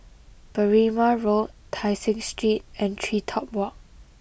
Berrima Road Tai Seng Street and TreeTop Walk